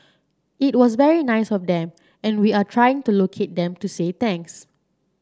it was very nice of them and we are trying to locate them to say thanks